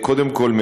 קודם כול,